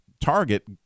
target